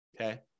Okay